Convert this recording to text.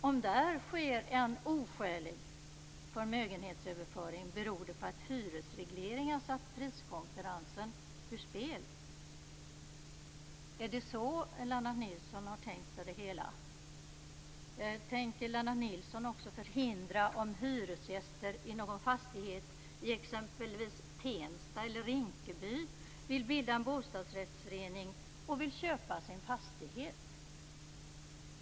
Om där sker en oskälig förmögenhetsöverföring beror det på att hyresregleringar satt priskonkurrensen ur spel. Är det så Lennart Nilsson har tänkt sig det hela? Tänker Lennart Nilsson också förhindra om hyresgäster i någon fastighet i exempelvis Tensta eller Rinkeby vill bilda en bostadsrättsförening och vill köpa "sin" fastighet?